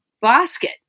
basket